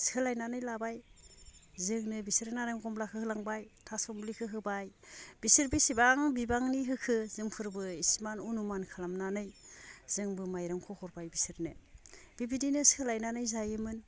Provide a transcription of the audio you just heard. सोलायनानै लाबाय जोंनो बिसोरो नारें कमला होलांबाय थासुमलिखौ होबाय बिसोर बेसेबां बिबांनि होखो जोंफोरबो एसेमान अनुमान खालामनानै जोंबो माइरंखौ हरबाय बिसोरनो बेबादिनो सोलायनानै जायोमोन